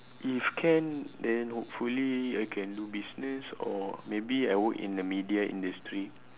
if can then hopefully I can do business or maybe I work in the media industry